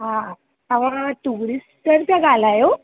हा तव्हां टूरिस्टर था ॻाल्हायो